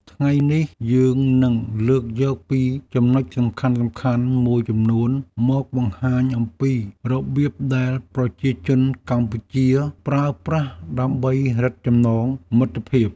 ថ្ងៃនេះយើងនឹងលើកយកពីចំណុចសំខាន់ៗមួយចំនួនមកបង្ហាញអំពីរបៀបដែលប្រជាជនកម្ពុជាប្រើប្រាស់ដើម្បីរឹតចំណងមិត្តភាព។